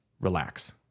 relax